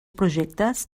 projectes